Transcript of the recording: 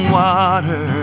water